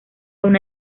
una